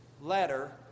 letter